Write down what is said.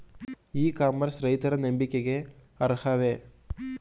E commerce ರೈತರ ನಂಬಿಕೆಗೆ ಅರ್ಹವೇ?